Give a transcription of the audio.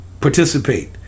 participate